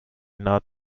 not